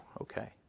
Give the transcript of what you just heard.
okay